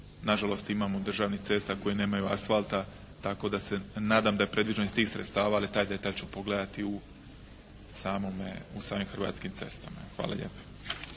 nažalost imamo državnih cesta koje nemaju asfalta, tako da se nadam da je predviđeno iz tih sredstava, ali taj detalj ću pogledati u samim Hrvatskim cestama. Hvala lijepo.